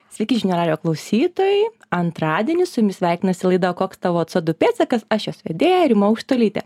sveiki žinių radijo klausytojai antradienį su jumis sveikinasi laida koks tavo c du pėdsakas aš jos vedėja rima aukštuolytė